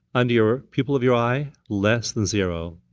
under your pupil of your eye, less than zero,